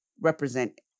represent